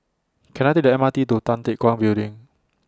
Can I Take The M R T to Tan Teck Guan Building